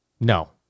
no